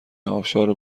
ابشار